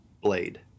blade